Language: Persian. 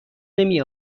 نمی